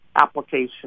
application